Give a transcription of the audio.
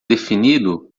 definido